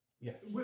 Yes